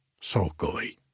sulkily